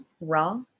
raw